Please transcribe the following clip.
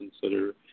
consider